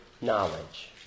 knowledge